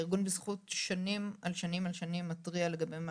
ארגון בזכות מתריע במשך שנים לגבי מה